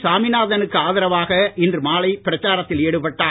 சாமிநாதனுக்கு ஆதரவாக இன்று மாலை பிரச்சாரத்தில் ஈடுபட்டார்